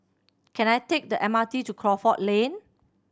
can I take the M R T to Crawford Lane